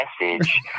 message